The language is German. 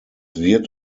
wird